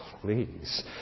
please